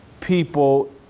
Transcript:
people